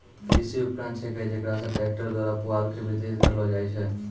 कृषि उपकरण छेकै जेकरा से ट्रक्टर द्वारा पुआल के बितरित करलो जाय छै